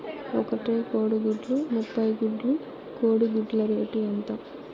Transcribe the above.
ఒక ట్రే కోడిగుడ్లు ముప్పై గుడ్లు కోడి గుడ్ల రేటు ఎంత?